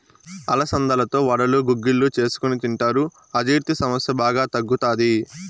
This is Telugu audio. అలసందలతో వడలు, గుగ్గిళ్ళు చేసుకొని తింటారు, అజీర్తి సమస్య బాగా తగ్గుతాది